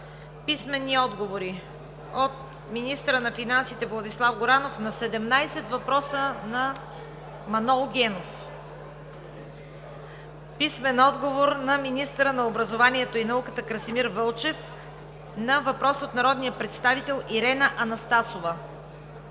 писмени отговори от: - министъра на финансите Владислав Горанов на 17 въпроса от народния представител Манол Генов; - министъра на образованието и науката Красимир Вълчев на въпрос от народния представител Ирена Анастасова;